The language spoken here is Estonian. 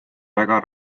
väga